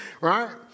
right